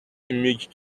image